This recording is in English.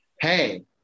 hey